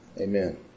Amen